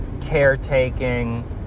caretaking